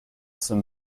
some